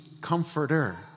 comforter